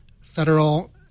federal